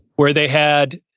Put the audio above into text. where they had,